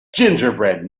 gingerbread